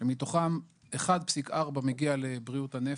שמתוכם 1.4 מגיע לבריאות הנפש,